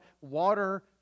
water